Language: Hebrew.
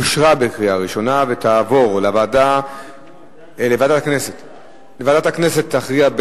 לוועדה שתקבע ועדת הכנסת נתקבלה.